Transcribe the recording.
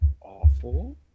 awful